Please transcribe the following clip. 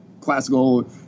classical